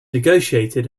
negotiated